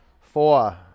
Four